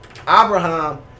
Abraham